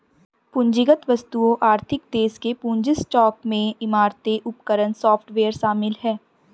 पूंजीगत वस्तुओं आर्थिक देश के पूंजी स्टॉक में इमारतें उपकरण सॉफ्टवेयर शामिल हैं